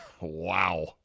Wow